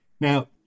Now